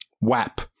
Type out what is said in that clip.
WAP